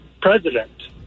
president